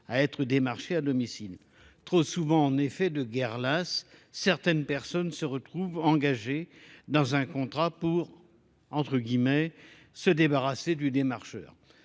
à être démarchés à domicile. Trop souvent, en effet, de guerrelaces, certaines personnes se retrouvent engagées dans un contrat pour, entre guillemets, se débarrasser du démarcheur.